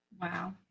Wow